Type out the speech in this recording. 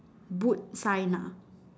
boot sign ah